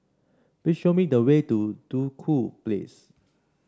please show me the way to Duku Place